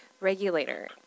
regulator